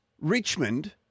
Richmond